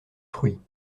fruits